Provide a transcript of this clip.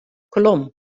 kolom